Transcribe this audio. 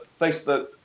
facebook